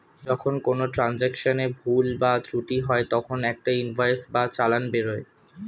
যখন কোনো ট্রান্জাকশনে ভুল বা ত্রুটি হয় তখন একটা ইনভয়েস বা চালান বেরোয়